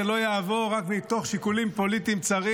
לא יעבור רק מתוך שיקולים פוליטיים צרים.